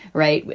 right,